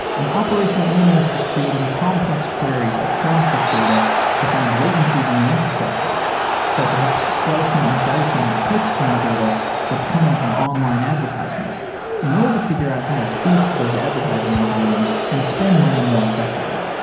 an operational analyst is creating complex queries across this data to find latencies in the infrastructure or perhaps slicing and dicing clickstream data that's coming from online advertisements in order to figure out how to tweak those advertising algorithms and spend money more effectively.